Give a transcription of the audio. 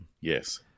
yes